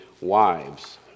wives